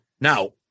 Now